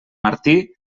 martí